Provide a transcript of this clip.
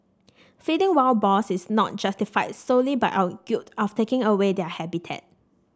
feeding wild boars is not justified solely by our guilt of taking away their habitat